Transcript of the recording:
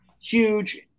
huge